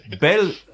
Bell